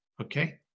Okay